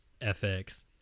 FX